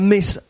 Miss